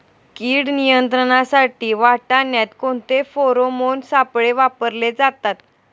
कीड नियंत्रणासाठी वाटाण्यात कोणते फेरोमोन सापळे वापरले जातात?